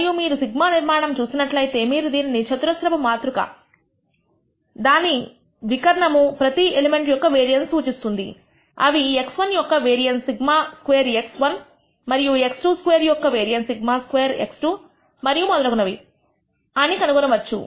మరియు మీరు σ నిర్మాణం చూసినట్లయితే మీరు దీనిని చతురస్రపు మాతృక దానివి వికర్ణము ప్రతి ఎలిమెంట్ యొక్క వేరియన్స్ సూచిస్తుంది అవి x1 యొక్క వేరియన్స్ σ2x1 మరియు x2 యొక్క వేరియన్స్ σ2x2 మరియు మొదలగునవి అని అని కనుగొనవచ్చు